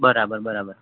બરાબર બરાબર